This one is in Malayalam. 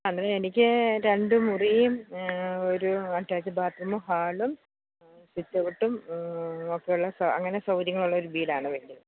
അന്നേരം എനിക്ക് രണ്ട് മുറിയും ഒരു അറ്റാച്ച്ട് ബാത് റൂമും ഹാളും സിറ്റ് ഔട്ട് ഒക്കെ ഉള്ള അങ്ങനെ സൗകര്യങ്ങളുള്ളൊരു വീടാണ് വേണ്ടത്